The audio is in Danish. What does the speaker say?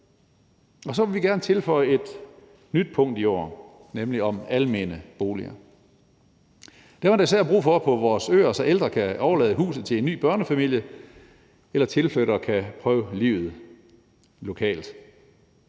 Og så vil vi gerne tilføje et nyt punkt i år, nemlig om almene boliger. Dem er der især brug for på vores øer, så ældre kan overlade huset til en ny børnefamilie, eller så tilflyttere kan prøve livet lokalt.